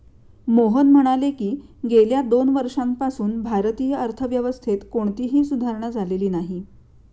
मोहन म्हणाले की, गेल्या दोन वर्षांपासून भारतीय अर्थव्यवस्थेत कोणतीही सुधारणा झालेली नाही